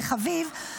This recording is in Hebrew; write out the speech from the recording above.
וחביב,